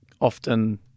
often